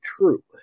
true